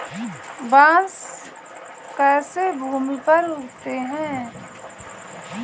बांस कैसे भूमि पर उगते हैं?